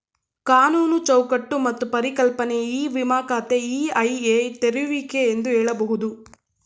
ಕಾನೂನು ಚೌಕಟ್ಟು ಮತ್ತು ಪರಿಕಲ್ಪನೆ ಇ ವಿಮ ಖಾತೆ ಇ.ಐ.ಎ ತೆರೆಯುವಿಕೆ ಎಂದು ಹೇಳಬಹುದು